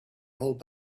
hold